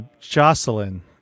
Jocelyn